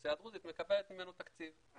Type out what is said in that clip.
האוכלוסייה הדרוזית מקבלת ממנו תקציב, מ-922.